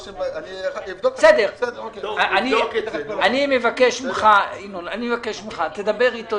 היא נגזרת בדרך כלל מההיקף הכולל של גיוס הון המניות בדרך כלל זה עם